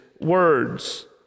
words